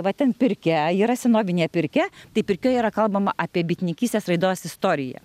va ten pirkia yra senovinė pirkia tai pirkioj yra kalbama apie bitininkystės raidos istoriją